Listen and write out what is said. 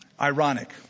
Ironic